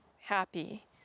happy